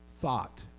thought